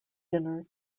dinner